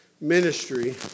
ministry